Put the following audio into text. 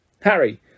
Harry